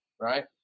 Right